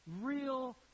real